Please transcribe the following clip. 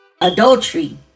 adultery